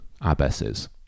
abbesses